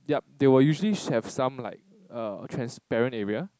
yup they would usually have some like err transparent area